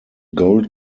gold